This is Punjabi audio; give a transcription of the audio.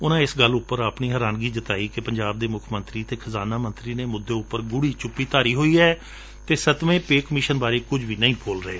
ਉਨਾਂ ਇਸ ਗੱਲ ਉਪਰ ਆਪਣੀ ਹੈਰਾਨਗੀ ਜਤਾਈ ਕਿ ਪੰਜਾਬ ਦੇ ਮੁੱਖ ਮੰਤਰੀ ਅਤੇ ਖਜ਼ਾਨਾ ਮੰਤਰੀ ਨੇ ਮੁੱਦੇ ਉਪਰ ਗੂੜੀ ਚੁੱਪੀ ਧਾਰੀ ਹੋਈ ਏ ਅਤੇ ਸਤਵੇਂ ਪੇਅ ਕਮਿਸ਼ਨ ਬਾਰੇ ਕੁਝ ਵੀ ਬੋਲ ਨਹੀਂ ਰਹੇ